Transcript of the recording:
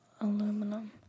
Aluminum